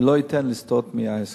אני לא אתן לסטות מההסכם.